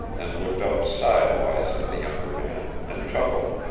and looked up sidewise at the younger man, and chuckled.